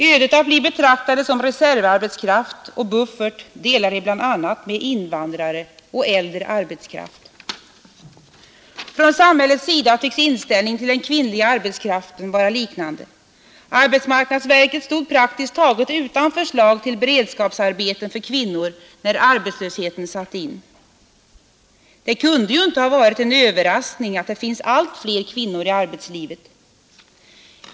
Ödet att bli betraktade som reservarbetskraft och buffertar delar vi med bl.a. invandrare och äldre arbetskraft. Från samhällets sida tycks inställningen till den kvinnliga arbetskraften vara likartad. Arbetsmarknadsverket stod praktiskt taget utan förslag till beredskapsarbeten för kvinnor när arbetslösheten satte in. Men det kunde ju inte ha varit någon överraskning att det blir allt fler kvinnor i arbetslivet.